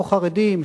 או חרדים,